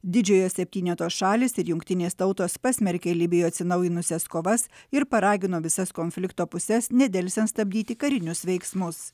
didžiojo septyneto šalys ir jungtinės tautos pasmerkė libijoj atsinaujinusias kovas ir paragino visas konflikto puses nedelsiant stabdyti karinius veiksmus